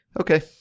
Okay